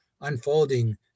unfolding